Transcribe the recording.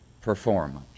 performance